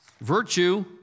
Virtue